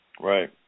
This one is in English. Right